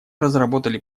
разработали